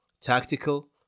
tactical